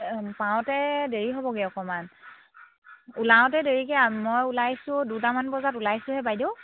পাওঁতে দেৰি হ'বগৈ অকণমান ওলাওঁতে দেৰিকৈ মই ওলাইছোঁ দুটামান বজাত ওলাইছোঁহে বাইদেউ